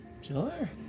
Sure